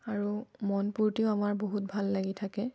আৰু মন পূৰ্তিও আমাৰ বহুত ভাল লাগি থাকে